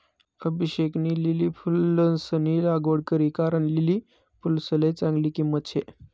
अभिषेकनी लिली फुलंसनी लागवड करी कारण लिली फुलसले चांगली किंमत शे